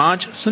7 10